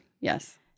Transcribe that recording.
yes